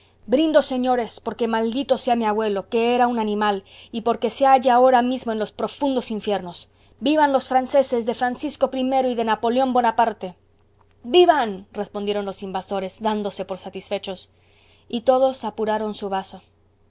brindo señores porque maldito sea mi abuelo que era un animal y porque se halle ahora mismo en los profundos infiernos vivan los franceses de francisco i y de napoleón bonaparte vivan respondieron los invasores dándose por satisfechos y todos apuraron su vaso